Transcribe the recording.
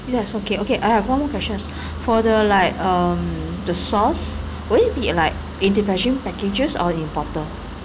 yes okay okay I have one more questions for the like um the sauce will it be like individual packages or in bottle